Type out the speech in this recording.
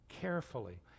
carefully